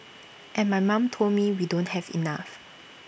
and my mom told me we don't have enough